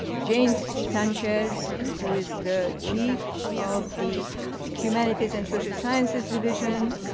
jane so sanchez who is the chief of the humanities and social sciences division,